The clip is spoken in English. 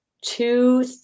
two